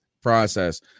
process